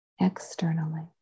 externally